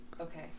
okay